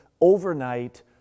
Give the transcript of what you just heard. overnight